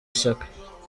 shyaka